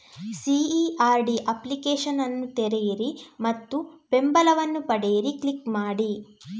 CERD application ತೆರೆಯಿರಿ ಮತ್ತು ಬೆಂಬಲವನ್ನು ಪಡೆಯಿರಿ ಕ್ಲಿಕ್ ಮಾಡಿ